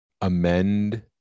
amend